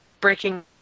breaking